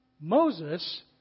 Moses